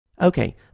Okay